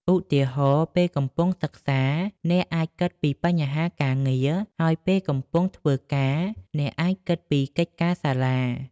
ឧទាហរណ៍ ពេលកំពុងសិក្សា អ្នកអាចគិតពីបញ្ហាការងារ ហើយពេលកំពុងធ្វើការ អ្នកអាចគិតពីកិច្ចការសាលា។